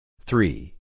Three